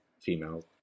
female